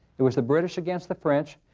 it was the british against the french,